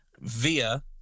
via